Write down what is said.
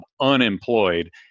unemployed